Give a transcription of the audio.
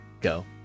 go